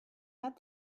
had